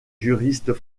juristes